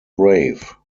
brave